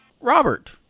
Robert